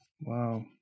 Wow